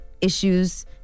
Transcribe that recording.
issues